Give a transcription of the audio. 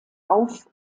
auf